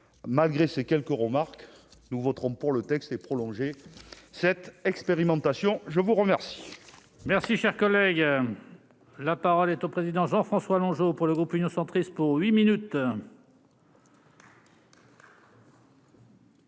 malgré ces quelques remarques, nous voterons pour le texte est prolongée cette expérimentation, je vous remercie. Merci, cher collègue. La parole est au président Jean-François Longeot pour le groupe Union centriste pour 8 minutes.